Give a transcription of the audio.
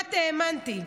וכמעט האמנתי,